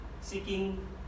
seeking